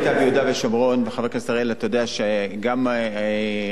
חבר הכנסת אריאל, אתה יודע שגם רשות השידור